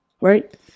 Right